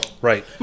Right